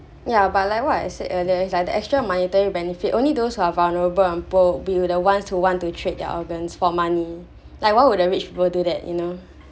ya but like what I said earlier like the extra monetary benefit only those who are vulnerable and poor would be the ones who want to trade their organs for money like why would the rich people do that you know